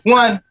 one